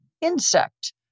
insect